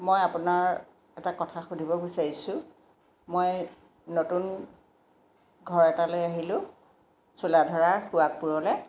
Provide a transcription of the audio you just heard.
মই আপোনাৰ এটা কথা সুধিব বিচাৰিছোঁ মই নতুন ঘৰ এটালৈ আহিলোঁ চোলাধৰাৰ সুৱাগপুৰলৈ